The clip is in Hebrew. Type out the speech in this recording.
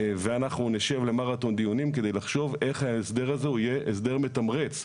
ואנחנו נשב למרתון דיונים כדי לחשוב איך ההסדר זה הוא יהיה הסדר מתמרץ.